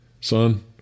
Son